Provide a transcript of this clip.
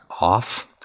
off